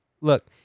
Look